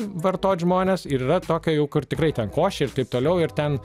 vartot žmonės ir yra tokia jau kur tikrai ten košė ir taip toliau ir ten